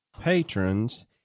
patrons